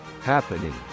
happening